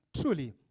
truly